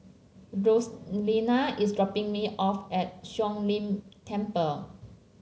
roseanna is dropping me off at Siong Lim Temple